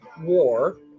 war